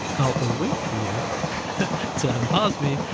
i'll await for you to unpause me,